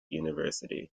university